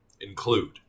include